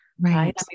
Right